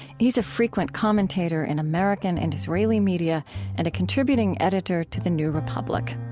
he's a frequent commentator in american and israeli media and a contributing editor to the new republic